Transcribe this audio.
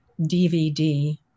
DVD